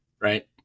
right